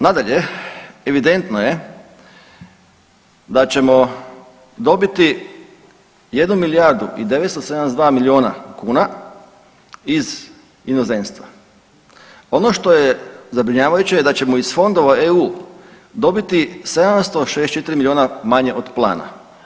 Nadalje, evidentno je da ćemo dobiti 1 milijardu i 972 milijuna kuna iz inozemstva, ono što je zabrinjavajuće je da ćemo iz fondova EU dobiti 764 milijuna manje od plana.